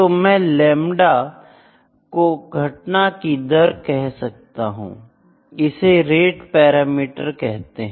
तो मैं लेमड़ा को घटना की दर कह सकता हूं इसे रेट पैरामीटर कहते हैं